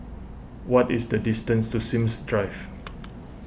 what is the distance to Sims Drive